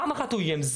פעם אחת הוא איים.